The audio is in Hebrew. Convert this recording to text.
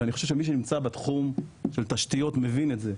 ואני חושב שמי שנמצא בתחום של תשתיות מבין את זה,